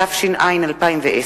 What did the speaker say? התש”ע 2010,